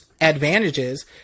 advantages